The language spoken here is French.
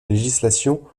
législation